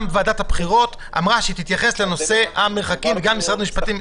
גם ועדת הבחירות אמרה שתתייחס לנושא המרחקים וגם משרד המשפטים.